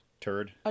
turd